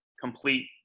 complete